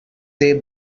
they